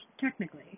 technically